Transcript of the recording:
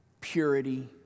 purity